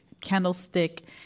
Candlestick